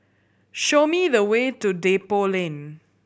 show me the way to Depot Lane